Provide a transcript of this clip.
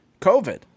COVID